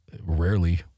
rarely